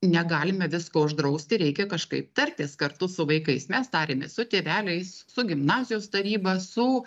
negalime visko uždrausti reikia kažkaip tartis kartu su vaikais mes tarėmės su tėveliais su gimnazijos taryba su